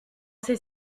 ces